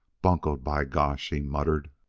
buncoed, by gosh! he muttered.